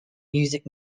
music